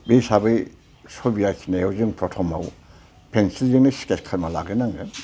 बे हिसाबै सबि आखिनायाव जों फ्रथ'माव फेनसिलजोंनो स्खेथस खालामनानै लाग्रोनांगोन